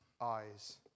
eyes